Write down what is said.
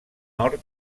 nord